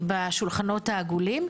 בשולחנות העגולים,